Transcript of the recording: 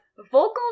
vocal